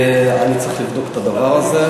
אני צריך לבדוק את הדבר הזה.